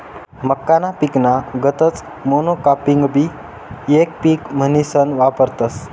मक्काना पिकना गतच मोनोकापिंगबी येक पिक म्हनीसन वापरतस